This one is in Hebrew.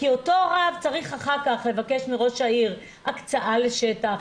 כי אותו רב צריך אחר כך לבקש מראש העיר הקצאה לשטח,